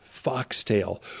foxtail